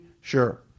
Sure